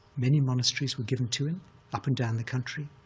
many monasteries were given to him up and down the country,